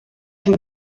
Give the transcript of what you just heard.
can